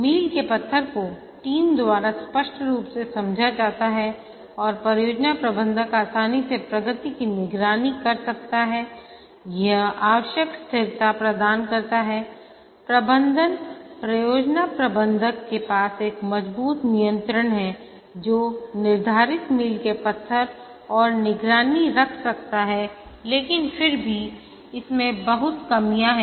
मील के पत्थर को टीम द्वारा स्पष्ट रूप से समझा जाता है और परियोजना प्रबंधक आसानी से प्रगति की निगरानी कर सकता है यह आवश्यक स्थिरता प्रदान करता है प्रबंधन परियोजना प्रबंधक के पास एक मजबूत नियंत्रण है जो निर्धारित मील के पत्थर और निगरानी रख सकता है लेकिन फिर भी इसमें बहुत कमियां हैं